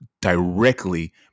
directly